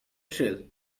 thrill